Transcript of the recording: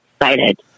excited